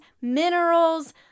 minerals